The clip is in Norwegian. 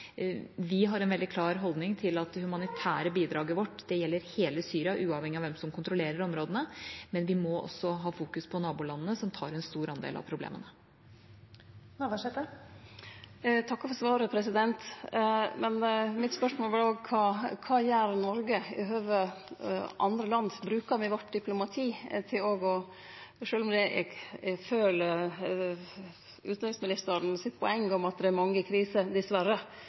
Vi har en veldig klar holdning til at det humanitære bidraget vårt gjelder hele Syria – uavhengig av hvem som kontrollerer områdene. Men vi må også fokusere på nabolandene, som tar en stor andel av problemene. Eg takkar for svaret. Mitt spørsmål var òg kva Noreg gjer i høve til andre land. Brukar me vårt diplomati òg? Sjølv om eg ser utanriksministeren sitt poeng om at det er mange kriser, dessverre,